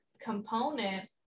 component